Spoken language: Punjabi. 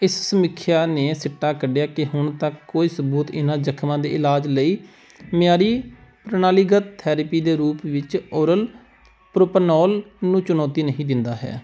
ਇਸ ਸਮੀਖਿਆ ਨੇ ਸਿੱਟਾ ਕੱਢਿਆ ਕਿ ਹੁਣ ਤੱਕ ਕੋਈ ਸਬੂਤ ਇਨ੍ਹਾਂ ਜ਼ਖ਼ਮਾਂ ਦੇ ਇਲਾਜ ਲਈ ਮਿਆਰੀ ਪ੍ਰਣਾਲੀਗਤ ਥੈਰੇਪੀ ਦੇ ਰੂਪ ਵਿੱਚ ਓਰਲ ਪ੍ਰੋਪ੍ਰਨੋਲ ਨੂੰ ਚੁਣੌਤੀ ਨਹੀਂ ਦਿੰਦਾ ਹੈ